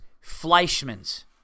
Fleischmann's